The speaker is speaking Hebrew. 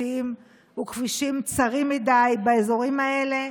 בטיחותיים וכבישים צרים מדי באזורים האלה?